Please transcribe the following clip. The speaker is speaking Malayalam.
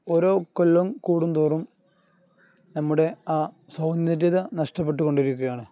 ഓരോ കൊല്ലം കൂടുന്തോറും നമ്മുടെ ആ സൗന്ദര്യത നഷ്ടപ്പെട്ടുുകൊണ്ടിരിക്കുകയാണ്